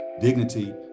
dignity